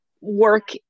work